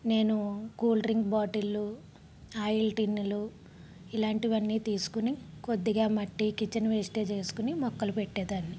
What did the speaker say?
నేను cool drink బాటిల్లు oil టిన్నులు ఇలాంటివన్నీ తీసుకుని కొద్దిగా మట్టి కిచెన్ వేస్టేజ్ వేసుకుని మొక్కలు పెట్టేదాన్ని